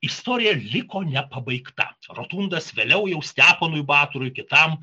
istorija liko nepabaigta rotundas vėliau jau steponui batorui kitam